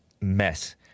mess